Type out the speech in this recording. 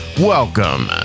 Welcome